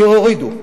הורידו?